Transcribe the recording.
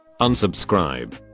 Unsubscribe